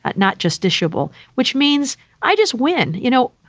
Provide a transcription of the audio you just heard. but not justiciable, which means i just win. you know,